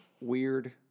weird